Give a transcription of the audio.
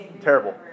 Terrible